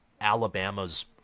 Alabama's